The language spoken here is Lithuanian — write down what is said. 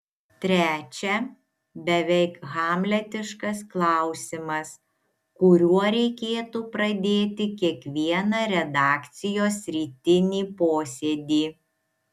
trečia beveik hamletiškas klausimas kuriuo reikėtų pradėti kiekvieną redakcijos rytinį posėdį